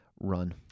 Run